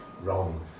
wrong